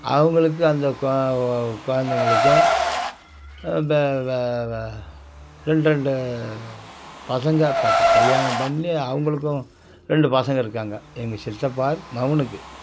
அவங்களுக்கு அந்த குழந்தைகளுக்கும் ரெண்டு ரெண்டு பசங்கள் கல்யாணம் பண்ணி அவங்களுக்கும் ரெண்டு பசங்கள் இருக்காங்க எங்கள் சித்தப்பா மகனுக்கு